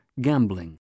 gambling